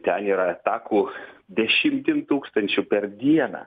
ir ten yra atakų dešimtim tūkstančių per dieną